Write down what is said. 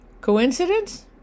Coincidence